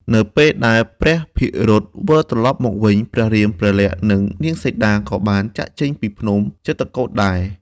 នៅពេលដែល ព្រះភិរុត វិលត្រឡប់មកវិញ ព្រះរាម ព្រះលក្សណ៍ និងនាងសីតា ក៏បានចាកចេញពីភ្នំចិត្រកូដដែរ។